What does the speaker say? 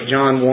John